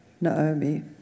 Naomi